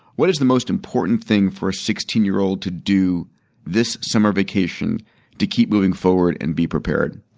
what is the most important thing for a sixteen year old to do this summer vacation to keep moving forward and be prepared?